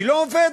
היא לא עובדת.